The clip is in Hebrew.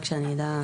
רק שאני אדע.